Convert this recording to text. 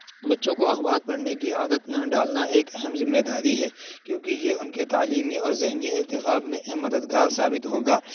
بچوں کو اخبار پڑھنے کی عادت ڈالنا ایک اہم ذمہ داری ہے کیونکہ یہ ان کے تعلیمی اور ذہنی ارتقاب میں مددگار ثابت ہوگا